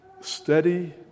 steady